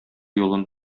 юлын